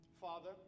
Father